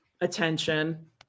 Attention